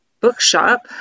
bookshop